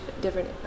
different